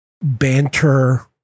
banter